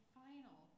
final